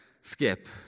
skip